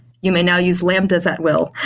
you may now use lambdas at will.